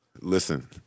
Listen